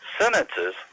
sentences